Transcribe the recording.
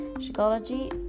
psychology